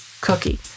Cookie